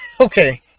okay